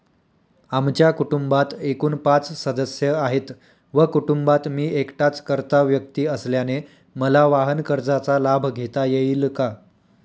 आमच्या कुटुंबात एकूण पाच सदस्य आहेत व कुटुंबात मी एकटाच कर्ता व्यक्ती असल्याने मला वाहनकर्जाचा लाभ घेता येईल का?